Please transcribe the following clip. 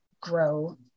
grow